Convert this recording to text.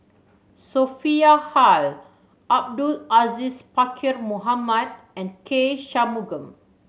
Sophia Hull Abdul Aziz Pakkeer Mohamed and K Shanmugam